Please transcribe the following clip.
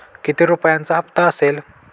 किती रुपयांचा हप्ता असेल?